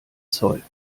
zoll